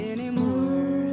Anymore